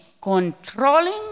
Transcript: controlling